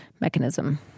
mechanism